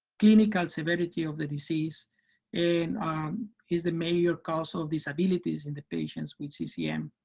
clinical severity of the disease and is the major cause of disabilities in the patients with ccm.